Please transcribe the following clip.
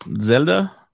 Zelda